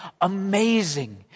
amazing